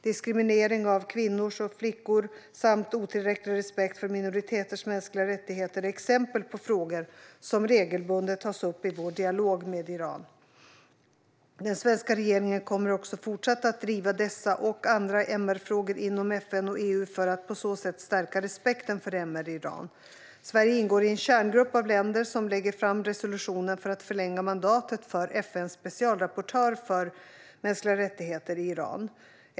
Diskriminering av kvinnor och flickor samt otillräcklig respekt för minoriteters mänskliga rättigheter är exempel på frågor som regelbundet tas upp i vår dialog med Iran. Den svenska regeringen kommer också fortsatt att driva dessa och andra MR-frågor inom FN och EU för att på så sätt stärka respekten för MR i Iran. Sverige ingår i en kärngrupp av länder som lägger fram resolutionen för att förlänga mandatet för FN:s specialrapportör för mänskliga rättigheter i Iran.